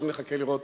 עכשיו נחכה לראות